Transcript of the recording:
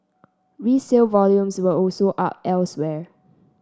resale volumes were also up elsewhere